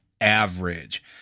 average